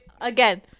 Again